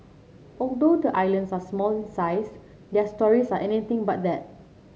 although the islands are small in size their stories are anything but that